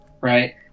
Right